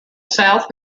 south